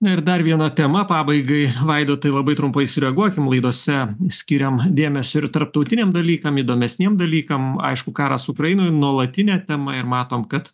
na ir dar viena tema pabaigai vaidotai labai trumpai sureaguokim laidose skiriama dėmesio ir tarptautiniam dalykam įdomesniem dalykam aišku karas ukrainoje nuolatinė tema ir matom kad